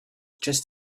just